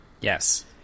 Yes